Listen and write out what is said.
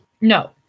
no